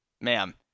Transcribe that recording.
Ma'am